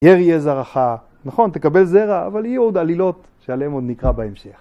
גר יהיה זרעך, נכון תקבל זרע, אבל יהיו עוד עלילות שעליהן עוד נקרא בהמשך.